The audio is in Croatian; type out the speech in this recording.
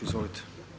Izvolite.